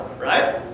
right